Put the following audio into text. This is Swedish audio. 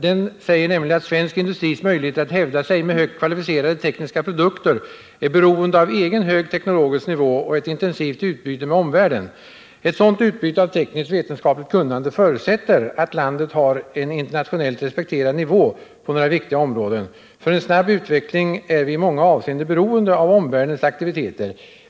Han säger nämligen: ”Svensk industris möjligheter att hävda sig med högt kvalificerade tekniska produkter är beroende av egen hög teknologisk nivå och ett intensivt utbyte med omvärlden. Ett sådant utbyte av tekniskt vetenskapligt kunnande förutsätter att landet har en internationellt respekterad nivå på några viktiga områden. För en snabb utveckling är vi i många avseenden beroende av omvärldens aktiviteter.